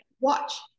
watch